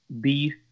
beef